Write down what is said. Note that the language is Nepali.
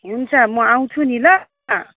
हुन्छ म आउँछु नि ल